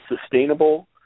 Sustainable